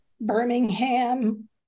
Birmingham